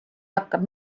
hakkab